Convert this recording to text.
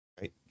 right